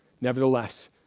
Nevertheless